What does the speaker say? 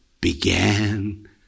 began